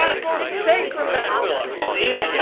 ah supposed to take from that, filipp? it's easy,